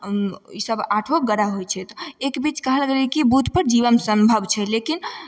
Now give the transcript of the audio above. ईसभ आठों ग्रह होइ छै तऽ एक बीच कहल गेलै कि बुधपर जीवन सम्भव छै लेकिन